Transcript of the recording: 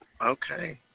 Okay